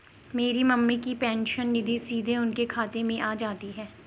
मेरी मम्मी की पेंशन निधि सीधे उनके खाते में आ जाती है